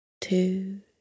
two